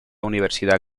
universidad